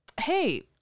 hey